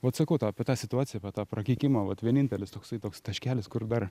vat sakau tą apie tą situaciją apie tą prakeikimą vat vienintelis toksai toks taškelis kur dar